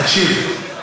תקשיב.